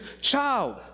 child